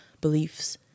beliefs